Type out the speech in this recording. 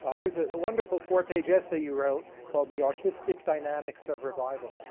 ah there's ah a wonderful four-page essay you wrote called the artist dynamics of revival,